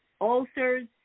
ulcers